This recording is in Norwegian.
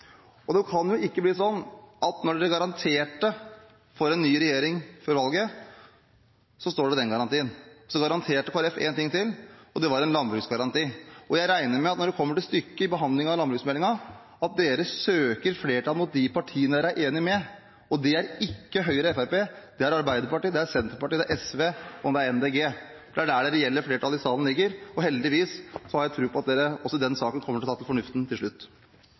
dette. Det kan jo ikke bli sånn at når dere garanterte for en ny regjering før valget, så står det i den garantien. Så garanterte Kristelig Folkeparti én ting til, og det var en landbruksgaranti, og jeg regner med at dere – når det kommer til stykket i behandlingen av landbruksmeldingen – søker et flertall mot de partiene dere er enige med, og det er ikke Høyre og Fremskrittspartiet; det er Arbeiderpartiet, det er Senterpartiet, det er SV og det er Miljøpartiet De Grønne. Det er der det reelle flertallet i salen ligger, og heldigvis har jeg tro på at dere også i den saken kommer til å ta til fornuften til slutt!